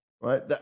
right